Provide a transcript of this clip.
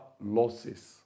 losses